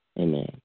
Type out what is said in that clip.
Amen